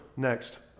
Next